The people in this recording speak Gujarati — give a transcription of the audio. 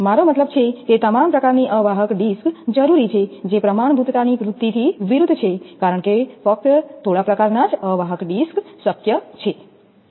મારો મતલબ છે કે તમામ પ્રકારની અવાહક ડિસ્ક જરૂરી છે જે પ્રમાણભૂતતાની વૃત્તિથી વિરુદ્ધ છે કારણ કે ફક્ત થોડા પ્રકારના જ અવાહક ડિસ્ક શક્ય છે